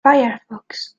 firefox